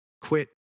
quit